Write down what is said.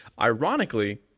ironically